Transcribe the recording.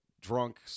drunk